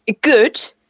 good